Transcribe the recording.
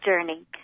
journey